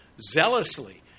zealously